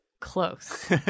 Close